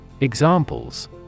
Examples